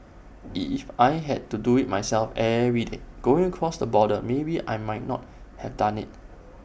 if I had to do IT myself every day going across the border maybe I might not have done IT